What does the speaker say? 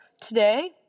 today